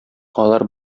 алар